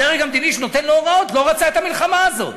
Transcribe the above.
הדרג המדיני שנותן לו הוראות לא רצה את המלחמה הזאת.